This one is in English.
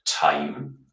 time